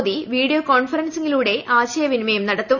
Modi video കോൺഫറൻസിംഗി ലൂടെ ആശയവിനിമയം നടത്തും